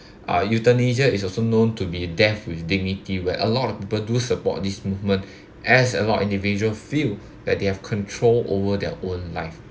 uh euthanasia is also known to be death with dignity where a lot of people do support this movement as a lot of individual feel that they have control over their own life